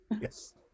yes